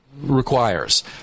requires